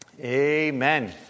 Amen